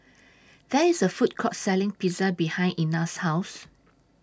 There IS A Food Court Selling Pizza behind Ina's House